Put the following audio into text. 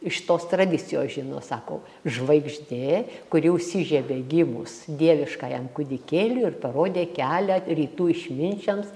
iš tos tradicijos žino sako žvaigždė kuri užsižiebia gimus dieviškajam kūdikėliui ir parodė kelią rytų išminčiams